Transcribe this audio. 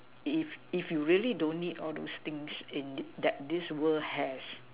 if if you really don't need all those things in that this world has